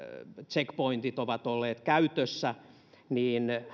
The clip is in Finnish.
checkpointit ovat olleet käytössä niin